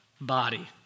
body